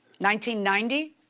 1990